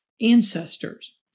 ancestors